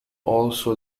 also